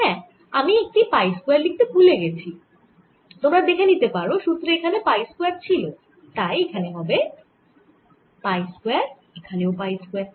হ্যাঁ আমি একটি পাই স্কয়ার লিখতে ভুলে গেছি তোমরা দেখে নিতে পারো সুত্রে এখানে পাই স্কয়ার ছিল তাই এখানে হবে পাই স্কয়ার এখানেও পাই স্কয়ার